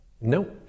No